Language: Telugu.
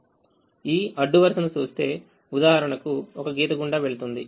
మనము ఈ అడ్డు వరుసను చూస్తే ఉదాహరణకు ఒక గీత గుండా వెళుతుంది